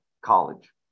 college